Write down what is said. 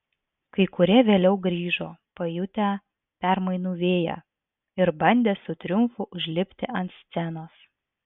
kai kurie vėliau grįžo pajutę permainų vėją ir bandė su triumfu užlipti ant scenos